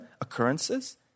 occurrences